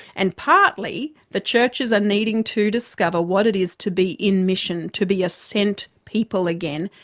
and partly, the churches are needing to discover what it is to be in mission, to be a sent people again,